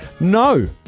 no